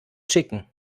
chicken